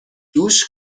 دوش